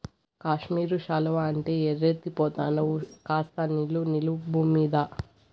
కాశ్మీరు శాలువా అంటే ఎర్రెత్తి పోతండావు కాస్త నిలు నిలు బూమ్మీద